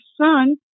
son